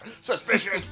Suspicion